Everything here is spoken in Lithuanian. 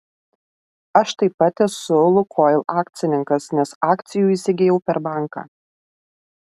aš taip pat esu lukoil akcininkas nes akcijų įsigijau per banką